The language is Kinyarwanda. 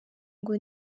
ngo